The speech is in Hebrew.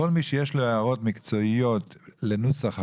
כל מי שיש לו הערות מקצועיות לנוסח החוק,